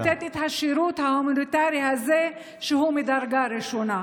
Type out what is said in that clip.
לתת את השירות ההומניטרי הזה, שהוא מדרגה ראשונה.